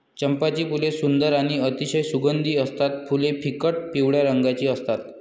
चंपाची फुले सुंदर आणि अतिशय सुगंधी असतात फुले फिकट पिवळ्या रंगाची असतात